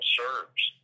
serves